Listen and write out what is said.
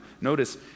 Notice